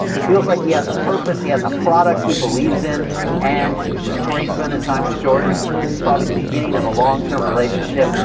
feels like he has a purpose he has a product he believes in and it was just great spending time with jordan this is probably the beginning of a long term relationship.